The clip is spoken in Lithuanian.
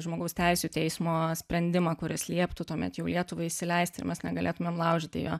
žmogaus teisių teismo sprendimą kuris lieptų tuomet jau lietuvai įsileisti ir mes negalėtumėm laužyti jo